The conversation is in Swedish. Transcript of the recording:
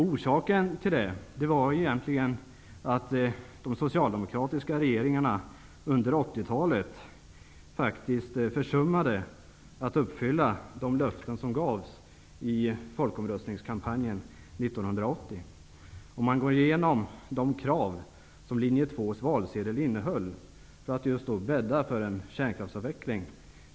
Orsaken var egentligen att de socialdemokratiska regeringarna under 80-talet försummade att uppfylla de löften som gavs i folkomröstningskampanjen 1980. Linje 2:s valsedel innehöll en rad krav för att bädda för en kärnkraftsavveckling.